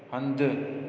हंधु